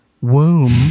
womb